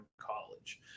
college